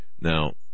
Now